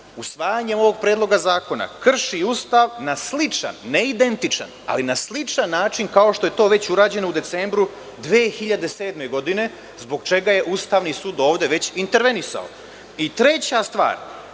usvajanjem ovog predloga zakona krši Ustav na sličan, ne identičan način, kao što je to već urađeno u decembru 2007. godine zbog čega je Ustavni sud ovde ve intervenisao. Treća stvar,